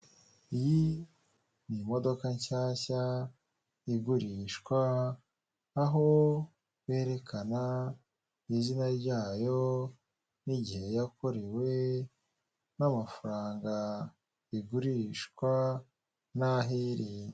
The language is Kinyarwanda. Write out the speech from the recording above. Intebe z'ubwoko bwinshi butandukanye ameza ndetse n'utubati, hari utuba ushobora kubikamo amasahani yawe, hari utuba ushobora kubikamo imyenda ndetse n'utwo wabikamo ibikoresho byawe bigiye bitandukanye, sibyo gusa kandi ushobora kwifuza ibikoresho nk'ibi ukaba wakwibaza ngo nabikurahe? Ushobora kujya kuri murandasi yawe ukandikamo aho wakura ibikoresho nk'ibingibi bitandukanye uhita ubona nimero zabo ukabahamagara kandi babikugezaho byoroshye.